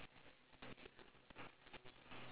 the teacher are doing their stuff lah